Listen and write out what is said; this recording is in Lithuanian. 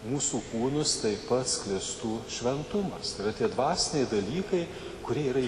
mūsų kūnus taip pat sklistų šventumas tai yra tie dvasiniai dalykai kurie yra